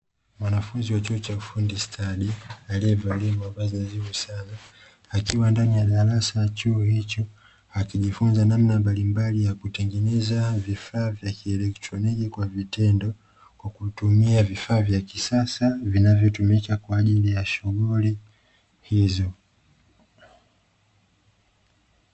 Mwanafunzi wa chuo cha ufundi stadi aliyovalia mavazi mazuri sana, akiwa ndani ya darasa la chuo hicho akijifunza namna mbalimbali ya kutengeneza vifaa vya kielektroniki kwa vitendo kwa kutumia vifaa vya kisasa vinavyotumika kwa ajili ya shughuli hizo.